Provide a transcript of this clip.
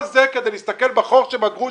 כל זה כדי להסתכל בחור של הגרוש,